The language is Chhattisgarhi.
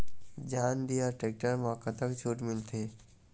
जॉन डिअर टेक्टर म कतक छूट मिलथे?